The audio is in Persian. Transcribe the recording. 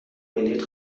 بلیط